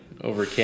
Over